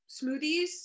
smoothies